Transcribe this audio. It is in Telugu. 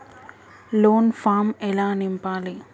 లోన్ ఫామ్ ఎలా నింపాలి?